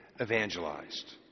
evangelized